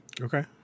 Okay